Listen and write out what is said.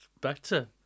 better